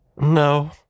No